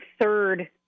third